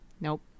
Nope